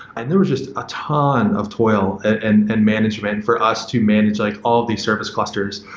and there were just a ton of toil and and management for us to manage like all these service clusters.